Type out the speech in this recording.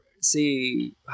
see